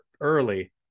early